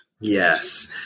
Yes